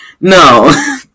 No